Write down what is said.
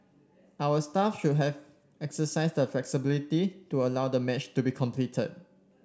our staff should have exercised flexibility to allow the match to be completed